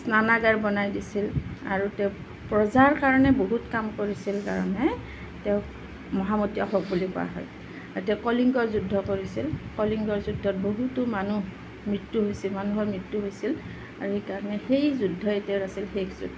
স্নানাগাৰ বনাই দিছিল আৰু তেওঁ প্ৰজাৰ কাৰণে বহুত কাম কৰিছিল কাৰণে তেওঁক মহামূৰ্তি অশোক বুলিও কোৱা হয় আৰু তেওঁ কলিংগ যুদ্ধ কৰিছিল কলিংগৰ যুদ্ধত বহুতো মানুহ মৃত্যু হৈছিল মানুহৰ মৃত্যু হৈছিল আৰু এই কাৰণে সেই যুদ্ধই তেওঁৰ আছিল শেষ যুদ্ধ